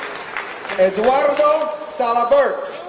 edwardo saliburt,